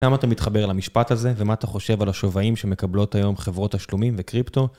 למה אתה מתחבר למשפט הזה ומה אתה חושב על השווים שמקבלות היום חברות השלומים וקריפטו?